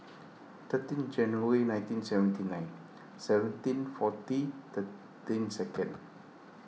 thirteen January nineteen seventy nine seventeen forty thirteen second